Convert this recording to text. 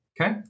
okay